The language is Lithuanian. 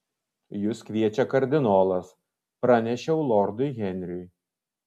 jus kviečia kardinolas pranešiau lordui henriui